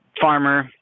farmer